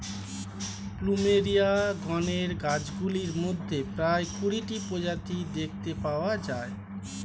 plumeria গণের গাছগুলির মধ্যে প্রায় কুড়িটি প্রজাতি দেখতে পাওয়া যায়